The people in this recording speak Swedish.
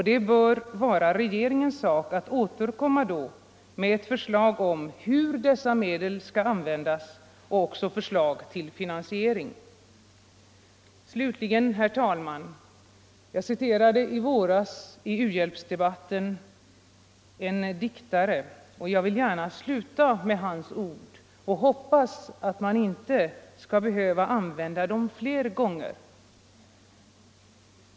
Det bör vara regeringens sak att återkomma då med ett förslag om hur dessa medel skall användas och också förslag till finansiering. Herr talman! Jag citerade i våras i u-hjälpsdebatten en diktare, och jag vill gärna sluta med hans ord och hoppas att man inte skall behöva använda dem fler gånger.